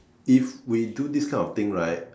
if we do this kind of thing right